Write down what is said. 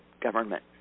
government